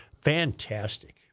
Fantastic